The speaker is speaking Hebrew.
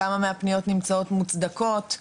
כמה מהפניות נמצאות מוצדקות?